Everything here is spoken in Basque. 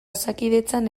osakidetzan